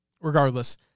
Regardless